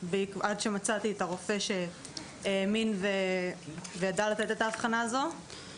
עד שמצאתי את הרופא שהאמין וידע לתת את האבחנה הזו.